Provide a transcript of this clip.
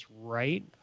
right